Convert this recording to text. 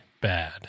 bad